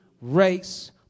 race